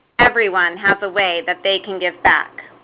everyone has a way that they can give back.